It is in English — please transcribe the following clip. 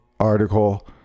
article